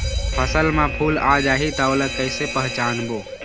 फसल म फूल आ जाही त ओला कइसे पहचानबो?